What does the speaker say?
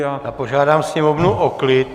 Já požádám Sněmovnu o klid.